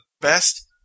best